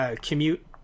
commute